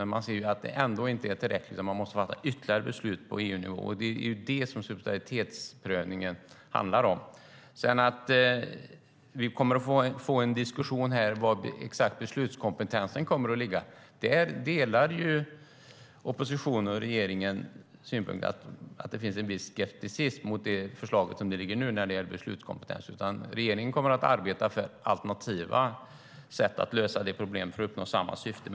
Men det är ändå inte tillräckligt, utan man måste fatta ytterligare beslut på EU-nivå, och det är det som subsidiaritetsprövningen handlar om. När det gäller exakt var beslutskompetensen kommer att ligga delar oppositionen och regeringen synpunkten att det finns en viss skepticism mot det förslag som ligger nu när det gäller beslutskompetens. Regeringen kommer därför att arbeta för alternativa sätt att lösa problemet för att uppnå samma syfte.